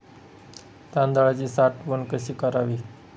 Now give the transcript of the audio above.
तांदळाची साठवण कशी करावी?